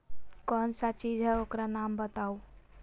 कौन सा चीज है ओकर नाम बताऊ?